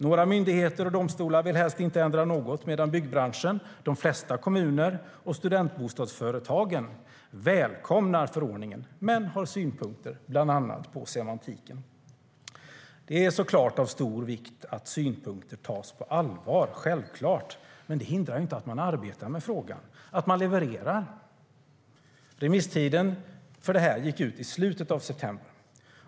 Några myndigheter och domstolar vill helst inte ändra något, medan byggbranschen, de flesta kommuner och studentbostadsföretagen välkomnar förordningen men har synpunkter bland annat på semantiken. Det är såklart av stor vikt att synpunkter tas på allvar. Men det hindrar inte att man arbetar med frågan och att man levererar. Remisstiden gick ut i slutet av september.